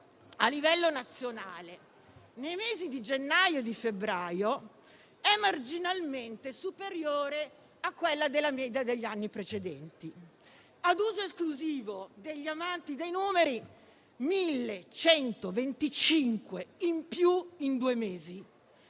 a livello nazionale nei mesi di gennaio e di febbraio è marginalmente superiore a quella della media degli anni precedenti. Ad uso esclusivo degli amanti dei numeri: 1.125 in più in due mesi,